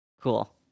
Cool